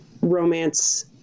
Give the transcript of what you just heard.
romance